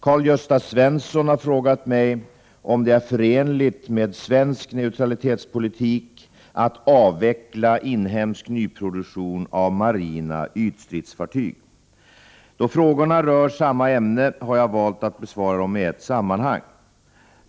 Karl-Gösta Svenson har fråga mig om det är förenligt med svensk neutralitetspolitik att avveckla inhemsk nyproduktion av marina ytstridsfartyg. Då frågorna rör samma ämne har jag valt att besvara dem i ett sammanhang.